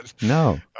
No